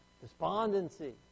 despondency